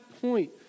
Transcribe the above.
point